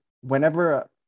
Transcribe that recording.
whenever